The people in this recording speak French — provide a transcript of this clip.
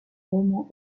roman